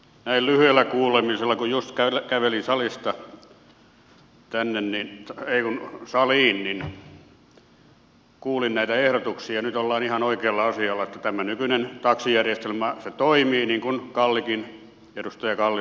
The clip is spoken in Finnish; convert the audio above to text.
näin lyhyellä kuulemisella kun just kävelin saliin niin kuulin näitä ehdotuksia sanon että nyt ollaan ihan oikealla asialla että tämä nykyinen taksijärjestelmä toimii niin kuin edustaja kallikin totesi